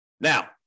Now